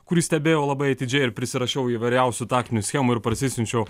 kurį stebėjau labai atidžiai ir prisirašiau įvairiausių taktinių schemų ir parsisiunčiau